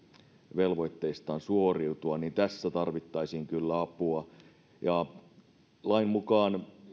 velvoitteistaan suoriutua niin tässä tarvittaisiin kyllä apua lain mukaan